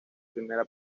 primera